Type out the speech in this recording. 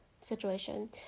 situation